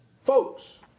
Folks